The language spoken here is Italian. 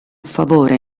favore